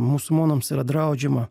musulmonams yra draudžiama